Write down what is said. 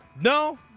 No